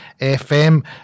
FM